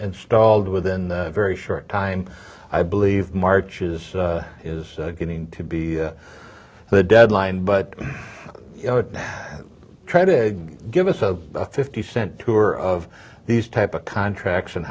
installed within very short time i believe march is is getting to be the deadline but try to give us a fifty cent tour of these type of contracts and